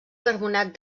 carbonat